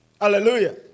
Hallelujah